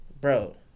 bro